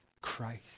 Christ